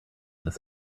this